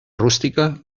rústica